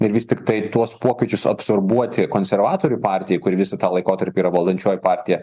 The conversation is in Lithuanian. ir vis tiktai tuos pokyčius absorbuoti konservatorių partijai kuri visą tą laikotarpį yra valdančioji partija